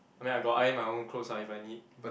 I mean I got iron my own clothes lah if I need